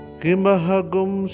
kimahagum